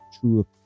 true